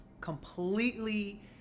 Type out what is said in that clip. completely